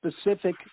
specific